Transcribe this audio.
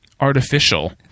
artificial